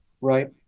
right